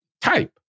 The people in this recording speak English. type